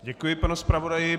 Děkuji panu zpravodaji.